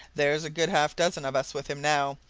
there's a good half-dozen of us with him now,